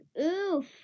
oof